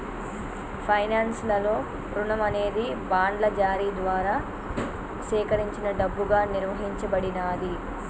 finance లలో రుణం అనేది బాండ్ల జారీ ద్వారా సేకరించిన డబ్బుగా నిర్వచించబడినాది